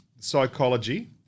psychology